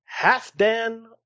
Halfdan